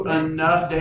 enough